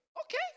Okay